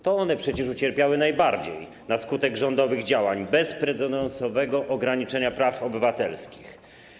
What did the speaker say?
To one przecież ucierpiały najbardziej na skutek rządowych działań, bezprecedensowego ograniczenia praw obywatelskich.